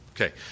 Okay